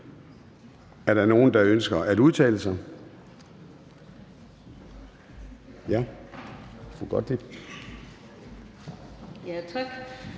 Er der nogen, der ønsker at udtale sig? Ja, det gør fru Jette